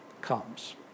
comes